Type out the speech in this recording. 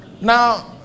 Now